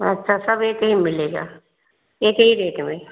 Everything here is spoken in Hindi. अच्छा सब एक ही में मिलेगा एक ही रेट में